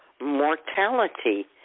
mortality